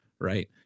right